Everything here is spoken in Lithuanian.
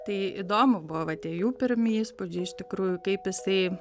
tai įdomu buvo va tie jų pirmi įspūdžiai iš tikrųjų kaip jisai